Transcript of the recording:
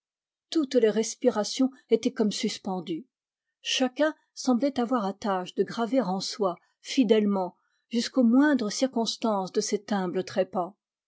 toutes les respirations étaient comme suspendues chacun semblait avoir à tâche de graver en soi fidèlement jusqu'aux moindres circonstances de cet humble trépas